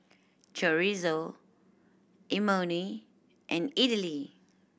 Chorizo Imoni and Idili